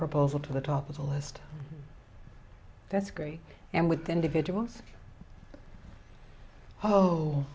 proposal to the top of the list that's great and with individuals oh